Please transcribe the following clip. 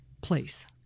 place